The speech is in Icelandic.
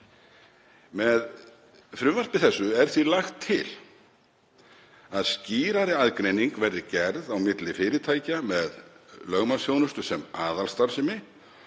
Með frumvarpi þessu er því lagt til að skýrari aðgreining verði gerð á milli fyrirtækja með lögmannsþjónustu sem aðalstarfsemi